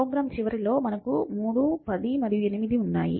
programme చివరిలో మనకు 3 10 మరియు 8 ఉన్నాయి